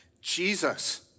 Jesus